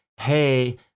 hey